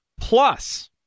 Plus